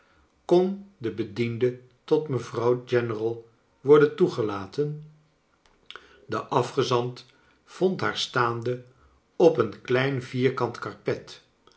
kon do bediende tot mevrouw general worden toegelaten de afgezant vond haar staande op een klein v'ierkant karpet